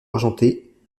argentée